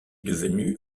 devenu